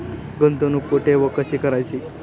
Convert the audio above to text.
गुंतवणूक कुठे व कशी करायची?